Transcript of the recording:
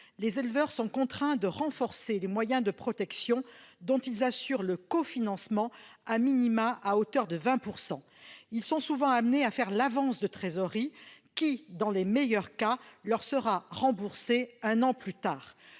les éleveurs sont contraints de renforcer les moyens de protection dont ils assurent le cofinancement au minimum à hauteur de 20 %. Ils sont souvent amenés à faire une avance de trésorerie qui, dans le meilleur des cas, leur sera remboursée un an plus tard.